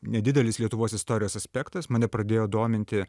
nedidelis lietuvos istorijos aspektas mane pradėjo dominti